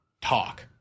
talk